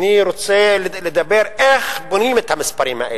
אני רוצה לדבר איך בונים את המספרים האלה,